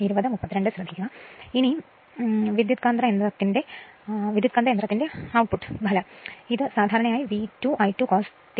ട്രാൻസ്ഫോർമറിന്റെ ഫലം സാധാരണയായി V2 I2 cos ∅2 ആണ്